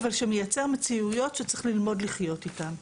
אבל שמייצר מציאויות שצריך ללמוד לחיות איתן.